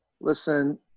listen –